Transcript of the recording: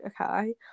okay